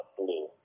blue